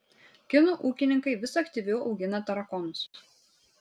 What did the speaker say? kinų ūkininkai vis aktyviau augina tarakonus